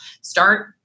Start